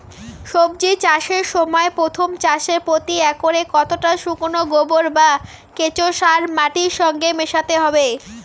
সবজি চাষের সময় প্রথম চাষে প্রতি একরে কতটা শুকনো গোবর বা কেঁচো সার মাটির সঙ্গে মেশাতে হবে?